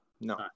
No